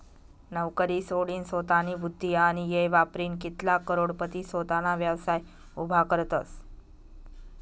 नवकरी सोडीनसोतानी बुध्दी आणि येय वापरीन कित्लाग करोडपती सोताना व्यवसाय उभा करतसं